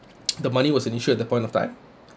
the money was an issue at the point of time